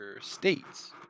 states